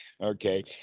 Okay